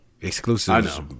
exclusives